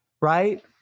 right